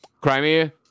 Crimea